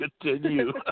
continue